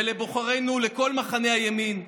ולבוחרינו, לכל מחנה הימין,